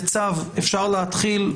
זה צו ואפשר להתחיל,